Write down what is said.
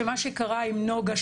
שמה שקרה עם נוגה,